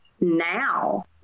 now